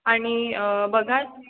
आणि बघा